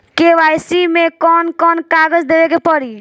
KYC मे कौन कौन कागज देवे के पड़ी?